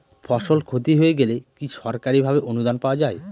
ফসল ক্ষতি হয়ে গেলে কি সরকারি ভাবে অনুদান পাওয়া য়ায়?